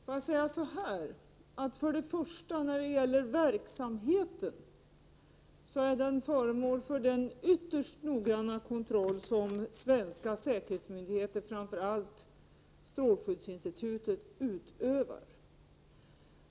Fru talman! För det första: Verksamheten är föremål för den ytterst noggranna kontroll som svenska säkerhetsmyndigheter, framför allt strålskyddsinstitutet, utövar.